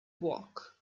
walk